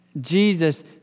Jesus